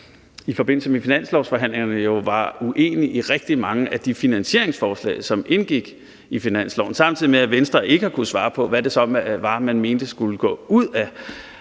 i forbindelse med finanslovsforhandlingerne jo var uenig i rigtig mange af de finansieringsforslag, som indgik i finansloven, og samtidig med at man ikke har kunnet svare på, hvad det så var man mente skulle gå ud af